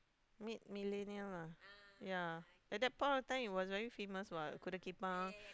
mid millennial lah ya at that point of time it was very famous [what] kuda kepang